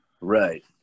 Right